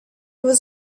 was